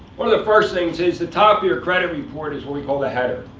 one of the first things is, the top of your credit report is what we call the header.